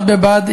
בד בבד,